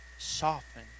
Soften